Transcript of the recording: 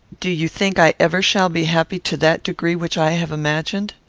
do you think i ever shall be happy to that degree which i have imagined?